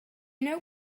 know